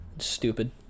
stupid